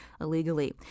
illegally